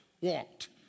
walked